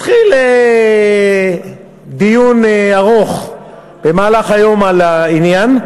והתחיל דיון ארוך במהלך היום על העניין,